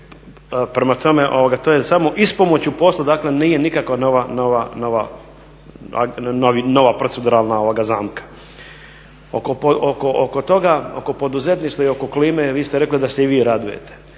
Prema tome, to je samo ispomoć u poslu dakle nije nikakva nova proceduralna zamka. Oko toga, oko poduzetništva i oko klime vi ste rekli da se i vi radujete.